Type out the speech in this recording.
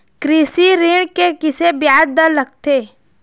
कृषि ऋण के किसे ब्याज दर लगथे?